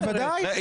בוודאי.